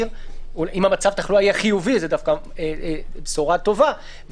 אם מצב התחלואה יהיה חיובי זו דווקא בשורה טובה,